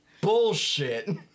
bullshit